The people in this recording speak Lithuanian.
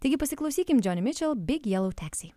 taigi pasiklausykime džioni mičel big jelou teksi